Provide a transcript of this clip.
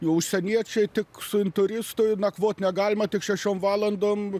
jau užsieniečiai tik su inturistu nakvot negalima tik šešiom valandom